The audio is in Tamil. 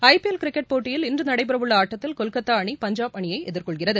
ஐபிஎல் கிரிக்கெட் போட்டியில் இன்று நடைபெற உள்ள ஆட்டத்தில் கொல்கத்தா அணி பஞ்சாப் அணியை எதிர்கொள்கிறது